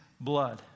blood